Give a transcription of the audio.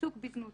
מהעיסוק בזנות